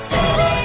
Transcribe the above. City